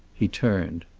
he turned.